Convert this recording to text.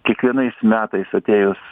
kiekvienais metais atėjus